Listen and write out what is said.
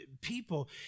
people